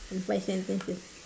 in five sentences